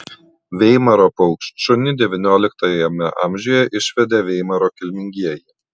veimaro paukštšunį devynioliktajame amžiuje išvedė veimaro kilmingieji